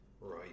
Right